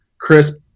Chris